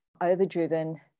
overdriven